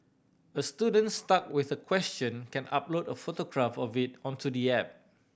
a student stuck with a question can upload a photograph of it onto the app